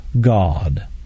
God